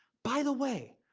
by the way.